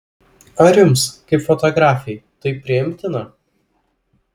ar jums kaip fotografei tai priimtina